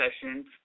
sessions